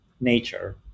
nature